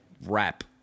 rap